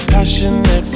Passionate